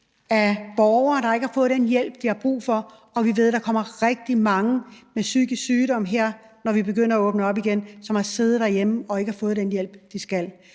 på borgere, der ikke har fået den hjælp, de har brug for, og vi ved, der kommer rigtig mange med psykisk sygdom, her når vi begynder at åbne op igen, som har siddet derhjemme og ikke har fået den hjælp, de skal